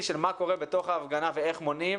של מה קורה בתוך ההפגנה ואיך מונעים,